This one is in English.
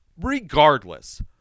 regardless